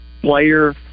player